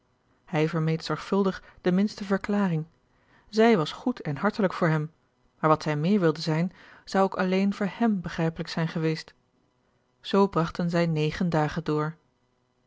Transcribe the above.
hij vermeed zorgvuldig de minste verklaring zij was goed en hartelijk voor hem maar wat zij meer wilde zijn zou ook alleen voor hem begrijpelijk zijn geweest zoo bragten zij negen dagen door